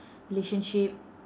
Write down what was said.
relationship